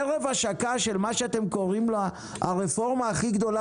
ערב השקה של מה שאתם קוראים לה הרפורמה הכי גדולה